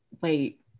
wait